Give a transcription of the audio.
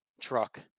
truck